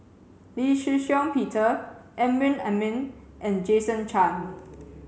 Lee Shih Shiong Peter Amrin Amin and Jason Chan